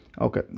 Okay